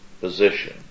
position